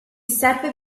serve